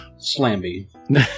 Slamby